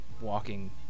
walking